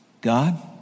God